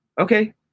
Okay